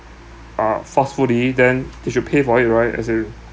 uh forcefully then they should pay for it right as in